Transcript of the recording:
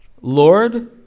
Lord